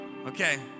Okay